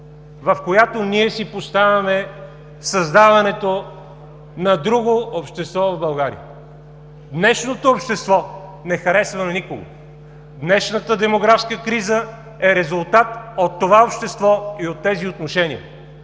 в която ние си поставяме създаването на друго общество в България. Днешното общество не харесва на никого, днешната демографска криза е резултат от това общество и от тези отношения.